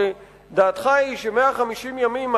שדעתך היא ש-150 ימים,